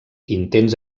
intents